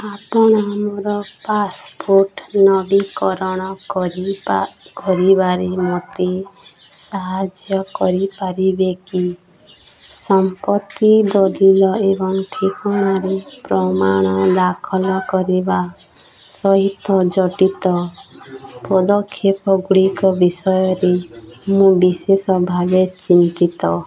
ଆପଣ ମୋର ପାସପୋର୍ଟ୍ ନବୀକରଣ କରିବା କରିବା ନିମନ୍ତେ ସାହାଯ୍ୟ କରିପାରିବେ କି ସମ୍ପତ୍ତି ଦଲିଲ ଏବଂ ଠିକଣାର ପ୍ରମାଣ ଦାଖଲ କରିବା ସହିତ ଜଡ଼ିତ ପଦକ୍ଷେପଗୁଡ଼ିକ ବିଷୟରେ ମୁଁ ବିଶେଷ ଭାବେ ଚିନ୍ତିତ